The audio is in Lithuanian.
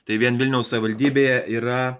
tai vien vilniaus savivaldybėje yra